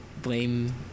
blame